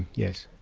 yes.